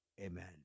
Amen